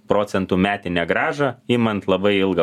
procentų metinę grąžą imant labai ilgą